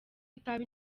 itabi